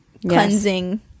cleansing